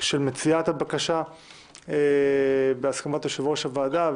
של מציעת הבקשה בהסכמת יושב-ראש הוועדה,